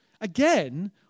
Again